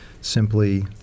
simply